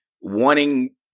wanting